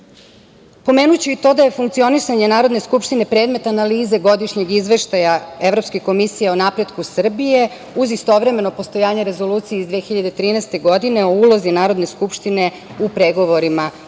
i to da je funkcionisanje Narodne skupštine, predmet analize godišnjeg izveštaja Evropske komisije o napretku Srbije, uz istovremeno postojanje Rezolucije iz 2013. godine, o ulozi Narodne skupštine, u pregovorima prilikom